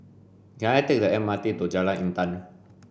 can I take the M R T to Jalan Intan